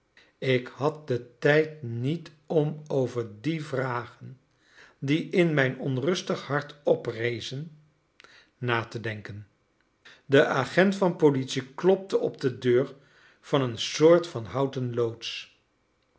ik had den tijd niet om over die vragen die in mijn onrustig hart oprezen na te denken de agent van politie klopte op de deur van eene soort van houten loods